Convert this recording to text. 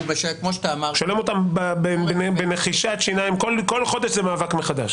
כמו שאמרת ------ כל חודש זה מאבק מחדש.